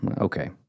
Okay